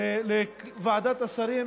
לוועדת השרים,